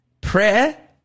prayer